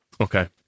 Okay